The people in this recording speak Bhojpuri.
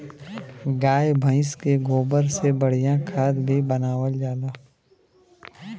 गाय भइस के गोबर से बढ़िया खाद भी बनावल जाला